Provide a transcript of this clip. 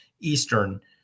Eastern